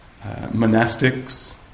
monastics